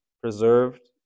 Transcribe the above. preserved